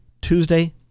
Tuesday